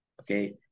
okay